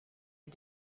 est